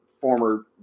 former